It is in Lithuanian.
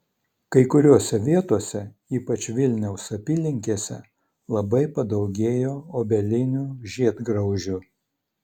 kai kuriose vietose ypač vilniaus apylinkėse labai padaugėjo obelinių žiedgraužių